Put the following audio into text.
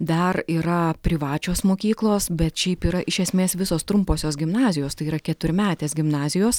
dar yra privačios mokyklos bet šiaip yra iš esmės visos trumposios gimnazijos tai yra keturmetės gimnazijos